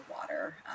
water